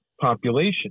population